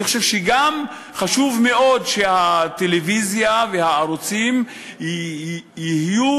אני חושב שגם חשוב מאוד שהטלוויזיה והערוצים יהיו